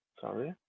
sorry